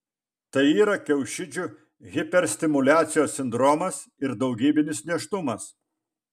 tai yra kiaušidžių hiperstimuliacijos sindromas ir daugybinis nėštumas